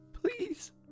Please